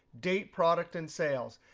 date, product, and sales.